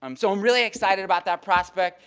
um so i'm really excited about that prospect.